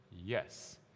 Yes